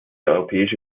europäische